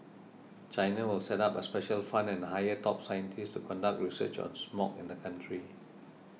China will set up a special fund and hire top scientists to conduct research on smog in the country